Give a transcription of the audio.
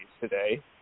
today